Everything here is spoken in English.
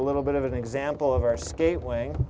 a little bit of an example of our skate w